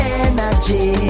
energy